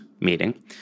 meeting